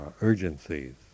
urgencies